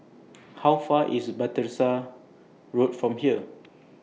How Far IS Battersea Road from here